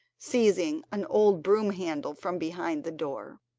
seizing an old broom-handle from behind the door.